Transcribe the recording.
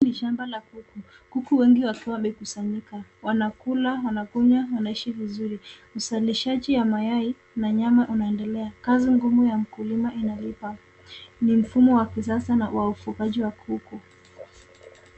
Ni shamba la kuku. Kuku wengi wakiwa wamekusanyika wanakula, wanakunywa, wanaishi vizuri . Uzalishaji ya mayai na nyama unaendelea. Kazi ngumu ya mkulima inalipa. Ni mfumo wa kisasa wa ufugaji wa kuku .